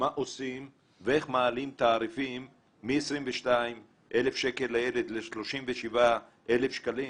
מה עושים ואיך מעלים תעריפים מ-22,000 שקל לילד ל-37,000 שקלים